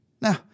Now